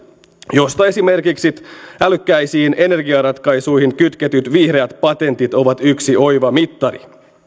josta esimerkiksi älykkäisiin energiaratkaisuihin kytketyt vihreät patentit ovat yksi oiva mittari